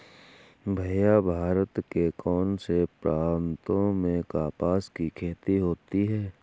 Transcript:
भैया भारत के कौन से प्रांतों में कपास की खेती होती है?